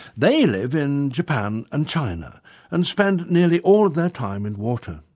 they live in japan and china and spend nearly all of their time in water.